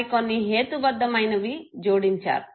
మరికొన్ని హేతుబద్ధమైనవి జోడించారు